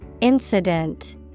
Incident